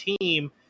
team